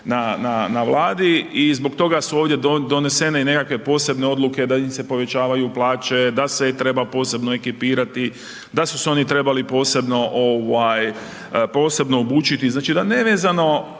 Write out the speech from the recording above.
na vladi i zbog toga su ovdje donesene i nekakve posebne odluke da im se povećavaju plaće, da se treba posebno ekipirati, da su se trebali oni posebno obučiti, znači nevezano,